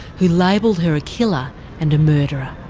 who labelled her a killer and a murderer.